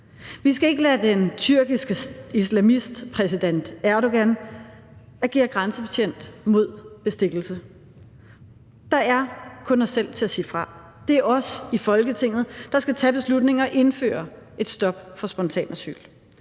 Vi skal ikke lade den tyrkiske islamist præsident Erdogan agere grænsebetjent mod bestikkelse. Der er kun os selv til at sige fra. Det er os i Folketinget, der skal tage beslutningen og indføre et stop for spontant asyl.